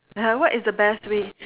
what is the best way